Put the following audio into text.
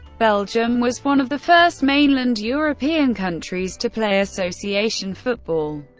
belgium was one of the first mainland european countries to play association football.